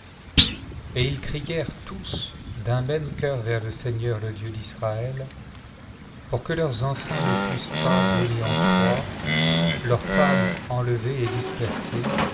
et ils crièrent tous d'un même cœur vers le seigneur le dieu d'israël pour que leurs enfants ne fussent pas donnés en proie leurs femmes enlevées et